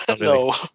no